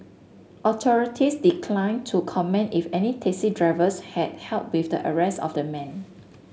authorities declined to comment if any taxi drivers had help with the arrest of the man